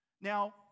Now